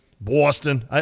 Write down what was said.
Boston